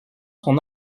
son